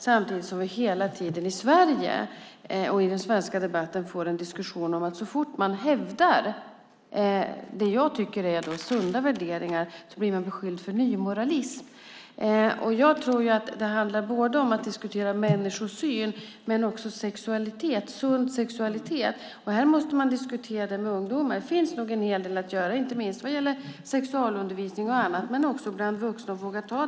Samtidigt kan man i Sverige och i den svenska debatten så fort man hävdar det jag tycker är sunda värderingar bli beskylld för nymoralism. Det handlar om att diskutera både människosyn och sund sexualitet. Frågorna måste diskuteras med ungdomar. Det finns nog en hel del att göra inte minst vad gäller sexualundervisning och att våga ta diskussionen bland vuxna.